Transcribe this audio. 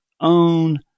own